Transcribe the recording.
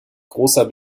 großer